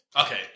Okay